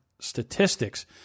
statistics